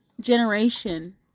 generation